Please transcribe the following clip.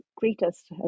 Greatest